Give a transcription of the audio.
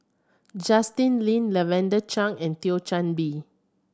Justin Lean Lavender Chang and Thio Chan Bee